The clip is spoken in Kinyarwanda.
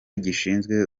gishinzwe